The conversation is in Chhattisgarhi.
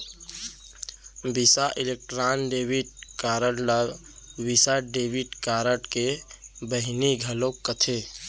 बिसा इलेक्ट्रॉन डेबिट कारड ल वीसा डेबिट कारड के बहिनी घलौक कथें